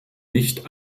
nicht